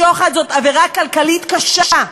שוחד הוא עבירה כלכלית קשה,